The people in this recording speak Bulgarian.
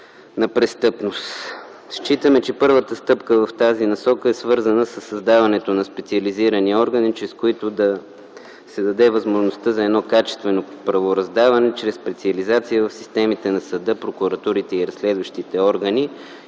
на престъпност. Считаме, че първата стъпка в тази насока е свързана със създаването на специализирани органи, чрез които да се даде възможност за качествено правораздаване чрез специализация в системите на съда, прокуратурите и разследващите органи,